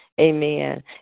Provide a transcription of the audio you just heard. Amen